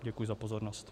Děkuji za pozornost.